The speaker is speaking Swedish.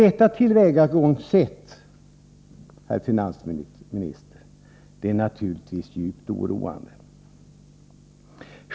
Detta tillvägagångssätt, herr finansminister, är naturligtvis djupt oroande.